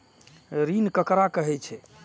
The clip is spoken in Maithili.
ऋण ककरा कहे छै?